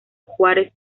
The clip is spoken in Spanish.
juárez